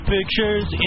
Pictures